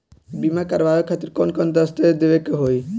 बीमा करवाए खातिर कौन कौन दस्तावेज़ देवे के होई?